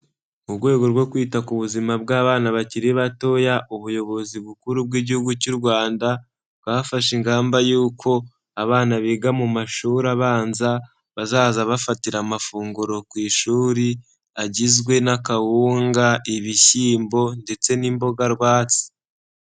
Mu rwego rwo kwita ku buzima bw'abana bakiri batoya, ubuyobozi bukuru bw'Igihugu cy'u Rwanda, bwafashe ingamba yuko abana biga mu mashuri abanza, bazaza bafatira amafunguro ku ishuri, agizwe n'akawunga, ibishyimbo ndetse n'imboga rwatsi.